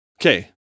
Okay